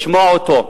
לשמוע אותו,